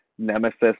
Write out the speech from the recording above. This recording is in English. nemesis